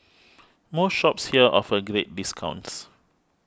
most shops here offer great discounts